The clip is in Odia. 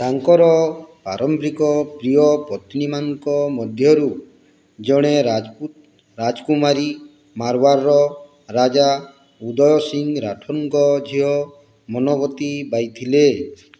ତାଙ୍କର ପ୍ରାରମ୍ଭିକ ପ୍ରିୟ ପତ୍ନୀମାନଙ୍କ ମଧ୍ୟରୁ ଜଣେ ରାଜପୁତ ରାଜକୁମାରୀ ମାରୱାରର ରାଜା ଉଦୟ ସିଂ ରାଠୋରଙ୍କ ଝିଅ ମନବତୀ ବାଇ ଥିଲେ